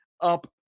up